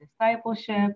discipleship